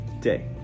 Day